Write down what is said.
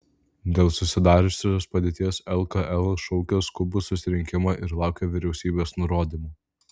dėl susidariusios padėties lkl šaukia skubų susirinkimą ir laukia vyriausybės nurodymų